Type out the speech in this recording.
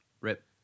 Rip